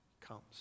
comes